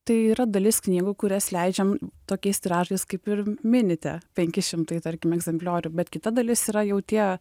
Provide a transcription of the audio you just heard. tai yra dalis knygų kurias leidžiam tokiais tiražais kaip ir minite penki šimtai tarkim egzempliorių bet kita dalis yra jau tie